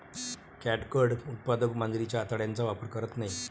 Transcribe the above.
catgut उत्पादक मांजरीच्या आतड्यांचा वापर करत नाहीत